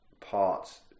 parts